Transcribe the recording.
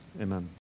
Amen